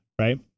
right